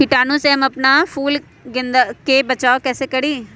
कीटाणु से हम अपना गेंदा फूल के बचाओ कई से करी?